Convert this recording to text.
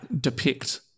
depict